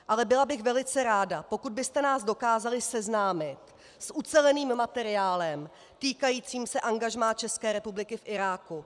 Ale byla bych velice ráda, pokud byste nás dokázali seznámit s uceleným materiálem týkajícím se angažmá České republiky v Iráku.